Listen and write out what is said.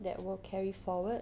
that will carry forward